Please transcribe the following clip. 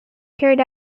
carried